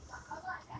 好吧